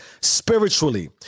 spiritually